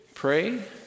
Pray